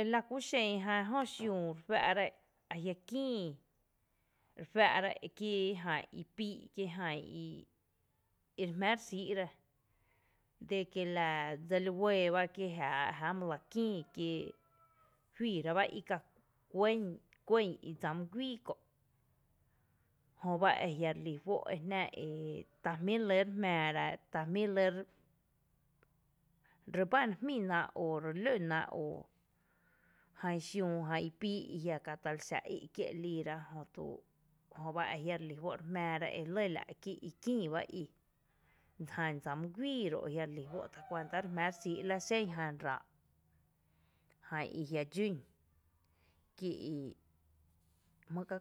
Ela kú xen jan jö xiüü ere juⱥⱥ ra ajia’ kïï re juⱥⱥ’ra kí jan i pii’ kí jan ire jmⱥ’ re xíí’ra de que ladseli ‘uɇɇ bá jää my la kïï kí juiira bá ika kuɇn kuɇn i dsa mý guíi kö’ jöba ejia’ relí juó’ e jná ta jmí’ re lɇ re jmⱥⱥra re re bá re jmíná o re luna o jan xiüü jan i píí’ i ajia’ Kata li xá í’ kié’ lííra jötu jöba e jia’ relí juó’ re jmⱥⱥra e lɇ la’ kí i kïï bá í, jan dsa mý guíi ro’ jiareí juó’ tacuanta re jmⱥⱥ’ rexíi’ra la xen jan ráá’ jan i jia’ dxun kí i jmý ka